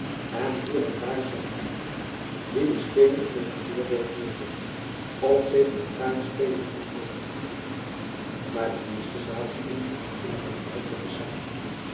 en hier en daar zag men er die de steenen in t verkeerbord wierpen of zich met kaartspelen onledig hielden maar de meesten zaten in geheimzinnig gefluister te samen